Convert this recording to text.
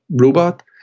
robot